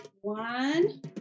One